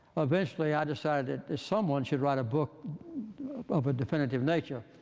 eventually i decided that someone should write a book of a definitive nature.